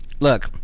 Look